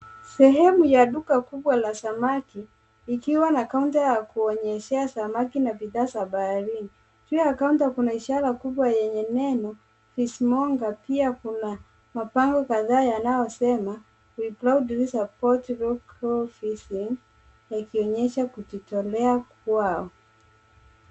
Sehemu ya duka kubwa la samaki, ikiwa na counter ya kuonyeshea samaki na bidhaa za baharini. Juu ya counter kuna ishara kubwa yenye neno, fishmonger. Pia kuna mabango kadhaa yanayosema ,we proudly support those who fishing ,yakionyesha kujitolea kwao.